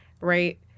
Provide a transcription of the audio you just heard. right